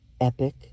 epic